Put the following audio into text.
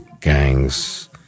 gangs